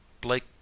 Blake